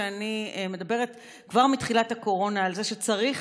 שאני מדברת כבר מתחילת הקורונה על זה שצריך